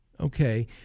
okay